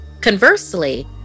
Conversely